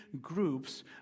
groups